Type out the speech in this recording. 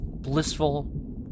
blissful